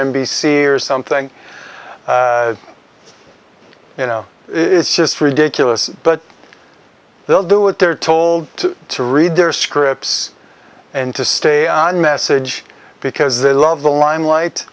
c or something you know it's just ridiculous but they'll do what they're told to read their scripts and to stay on message because they love the limelight